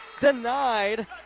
denied